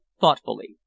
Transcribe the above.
thoughtfully